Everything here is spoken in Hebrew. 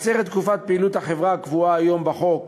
לקצר את תקופת פעילות החברה הקבועה היום בחוק,